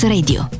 Radio